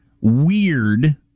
weird